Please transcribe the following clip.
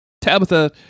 Tabitha